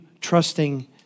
trusting